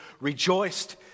rejoiced